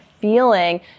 feeling